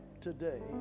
today